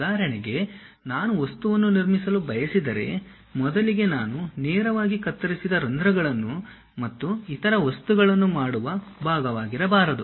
ಉದಾಹರಣೆಗೆ ನಾನು ವಸ್ತುವನ್ನು ನಿರ್ಮಿಸಲು ಬಯಸಿದರೆ ಮೊದಲಿಗೆ ನಾನು ನೇರವಾಗಿ ಕತ್ತರಿಸಿದ ರಂಧ್ರಗಳನ್ನು ಮತ್ತು ಇತರ ವಸ್ತುಗಳನ್ನು ಮಾಡುವ ಭಾಗವಾಗಿರಬಾರದು